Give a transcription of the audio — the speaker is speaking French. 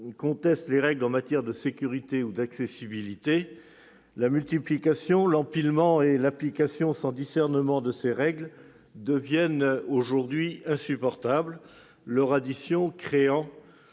conteste les règles en matière de sécurité ou d'accessibilité, la multiplication, l'empilement, et l'application sans discernement de ces règles deviennent aujourd'hui insupportables, leur addition créant